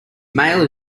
male